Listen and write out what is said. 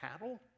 cattle